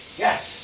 yes